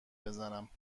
بزنم